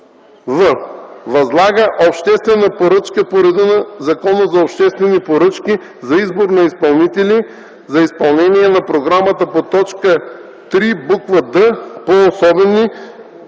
в) възлага обществена поръчка по реда на Закона за обществените поръчки за избор на изпълнители, за изпълнение на програмата по т. 3, буква „д” по обособени